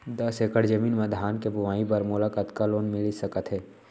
दस एकड़ जमीन मा धान के बुआई बर मोला कतका लोन मिलिस सकत हे?